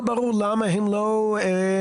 לא ברור למה הם לא נכללו,